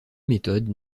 méthode